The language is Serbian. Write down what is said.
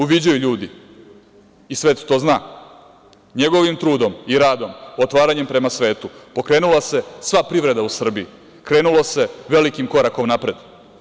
Uviđaju ljudi i svet to zna, njegovim trudom i radom, otvaranjem prema svetu pokrenula se sva privreda u Srbiji, krenulo se velikim korakom napred.